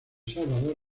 salvador